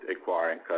acquiring